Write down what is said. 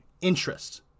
interest